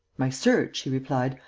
my search, she replied,